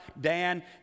Dan